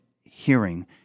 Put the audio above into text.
hearing